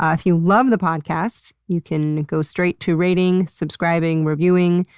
if you love the podcast, you can go straight to rating, subscribing, reviewing,